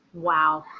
wow.